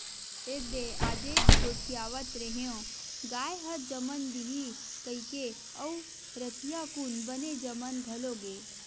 एदे आजेच गोठियावत रेहेंव गाय ह जमन दिही कहिकी अउ रतिहा कुन बने जमन घलो गे